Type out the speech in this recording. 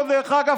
דרך אגב,